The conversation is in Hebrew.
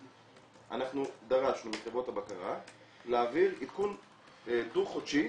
אנחנו דרשנו מחברות הבקרה להעביר עדכון דו חודשי